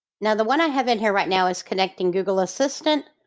now the one i have in here right now is connecting google assistant,